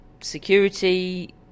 security